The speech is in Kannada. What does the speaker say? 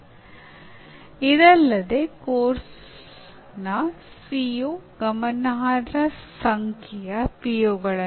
ಆದ್ದರಿಂದ ನೀವು ಇಲ್ಲಿ ನಿಜವಾಗಿಯೂ ವಿದ್ಯಾರ್ಥಿಯ ಕಾರ್ಯಕ್ಷಮತೆಯನ್ನು ಶ್ರೇಣೀಕರಿಸುತ್ತೀರಿ ಅಥವಾ ಗುರುತಿಸುತ್ತೀರಿ